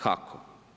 Kako?